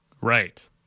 Right